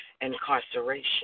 incarceration